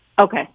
Okay